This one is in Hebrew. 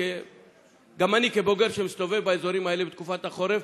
גם אני כבוגר שמסתובב באזורים האלה בתקופת החורף,